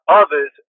others